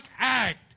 act